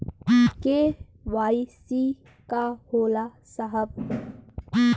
KYC का होला साहब?